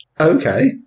Okay